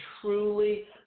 truly